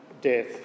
death